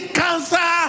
cancer